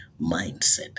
mindset